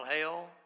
hell